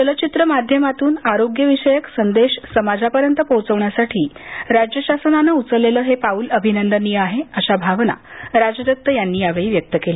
चलचित्र माध्यमातून आरोग्य विषयक संदेश समाजापर्यंत पोहोचण्यासाठी राज्य शासनानं उचललेलं हे पाउल अभिनंदनीय आहे अशा भावना ज्येष्ठ दिग्दर्शक राजदत्त यांनी यावेळी व्यक्त केल्या